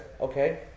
okay